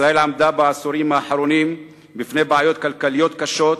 ישראל עמדה בעשורים האחרונים בפני בעיות כלכליות קשות,